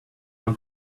come